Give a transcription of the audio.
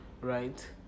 right